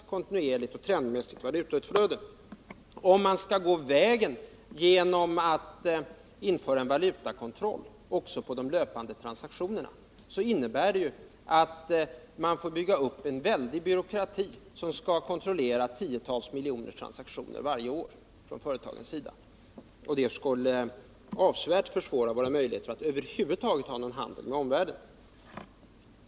Om vi skulle gå är fråga om ett kontinuerligt och trendmö vägen över ett införande av valutakontroll också på de löpande transaktionerna, skulle vi få bygga upp en omfattande byråkrati som varje år skulle kontrollera tio miljoner företagstransaktioner. Det skulle avsevärt försvåra våra möjligheter att över huvud taget bedriva handel med omvärlden.